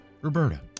Roberta